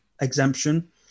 exemption